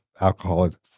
Alcoholics